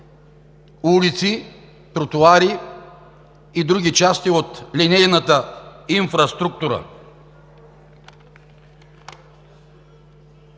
улици, тротоари и други части от линейната инфраструктура.